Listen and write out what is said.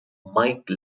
mike